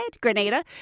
Grenada